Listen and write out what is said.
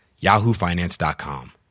yahoofinance.com